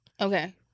Okay